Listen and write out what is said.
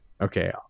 okay